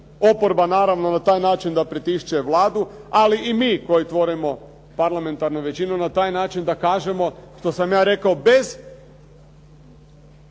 Oporba naravno na taj način da pritišće Vladu, ali i mi koji tvorimo parlamentarnu većinu na taj način da kažemo, što sam ja rekao, bez